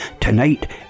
Tonight